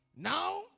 Now